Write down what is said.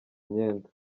myenda